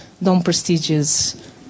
non-prestigious